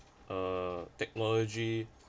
uh technology